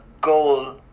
goal